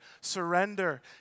surrender